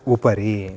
उपरि